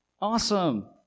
awesome